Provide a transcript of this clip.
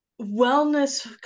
wellness